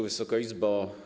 Wysoka Izbo!